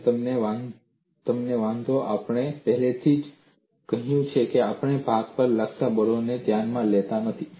અને તમને વાંધો આપણે પહેલેથી જ કહ્યું છે કે આપણે ભાગ પર લગતા બળોને ધ્યાનમાં લેવાના નથી